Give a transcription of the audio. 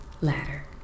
ladder